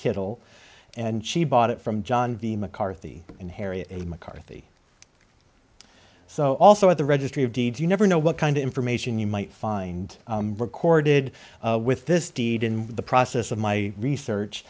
kittle and she bought it from john the mccarthy and harriet mccarthy so also at the registry of deeds you never know what kind of information you might find recorded with this deed in the process of my research